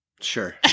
Sure